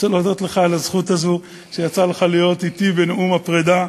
אני רוצה להודות לך על הזכות הזאת שיצא לך להיות אתי בנאום הפרידה.